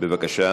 בבקשה.